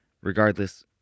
Regardless